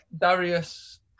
Darius